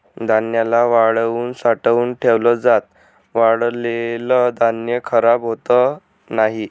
धान्याला वाळवून साठवून ठेवल जात, वाळलेल धान्य खराब होत नाही